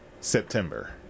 September